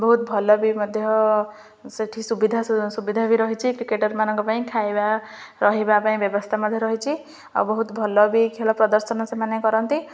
ବହୁତ ଭଲ ବି ମଧ୍ୟ ସେଠି ସୁବିଧା ସୁବିଧା ବି ରହିଛି କ୍ରିକେଟର୍ମାନଙ୍କ ପାଇଁ ଖାଇବା ରହିବା ପାଇଁ ବ୍ୟବସ୍ଥା ମଧ୍ୟ ରହିଛି ଆଉ ବହୁତ ଭଲ ବି ଖେଳ ପ୍ରଦର୍ଶନ ସେମାନେ କରନ୍ତି